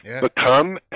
become